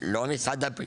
לא משרד הפנים,